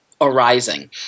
Arising